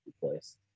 place